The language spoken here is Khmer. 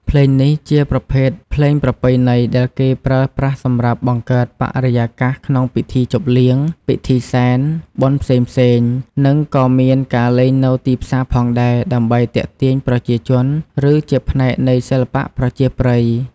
ភ្លេងនេះជាប្រភេទភ្លេងប្រពៃណីដែលគេប្រើប្រាស់សម្រាប់បង្កើតបរិយាកាសក្នុងពិធីជប់លៀង ពិធីសែន បុណ្យផ្សេងៗ និងក៏មានការលេងនៅទីផ្សារផងដែរ ដើម្បីទាក់ទាញប្រជាជន ឬជាផ្នែកនៃសិល្បៈប្រជាប្រិយ។